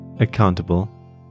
accountable